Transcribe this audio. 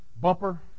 bumper